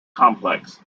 complex